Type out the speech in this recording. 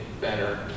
better